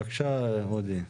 בקשה אודי.